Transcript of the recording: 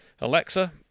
Alexa